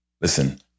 Listen